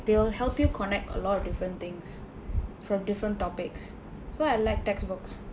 they will help you connect a lot of different things from different topics so I like textbooks